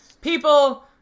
People